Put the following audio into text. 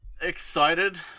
excited